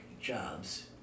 jobs